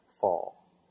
fall